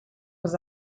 was